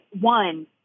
one